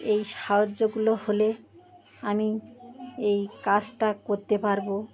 এই সাহায্যগুলো হলে আমি এই কাজটা করতে পারবো